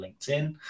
LinkedIn